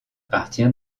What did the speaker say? partir